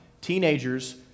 teenagers